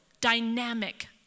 dynamic